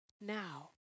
Now